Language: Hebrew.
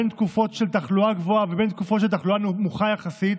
בין תקופות של תחלואה גבוהה ובין תקופות של תחלואה נמוכה יחסית